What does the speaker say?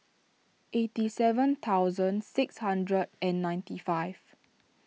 eighty seven thousand six hundred and ninety five